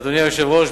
אדוני היושב-ראש,